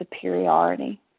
superiority